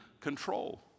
control